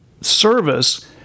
service